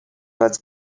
was